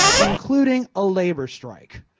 including a labor strike,